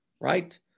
right